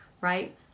right